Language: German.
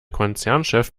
konzernchef